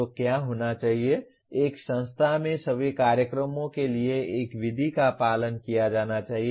तो क्या होना चाहिए एक संस्था में सभी कार्यक्रमों के लिए एक विधि का पालन किया जाना चाहिए